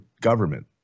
government